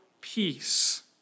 peace